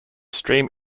stream